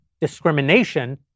discrimination